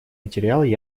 материал